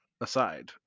aside